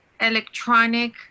electronic